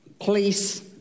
police